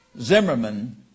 Zimmerman